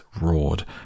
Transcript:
roared